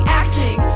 acting